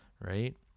right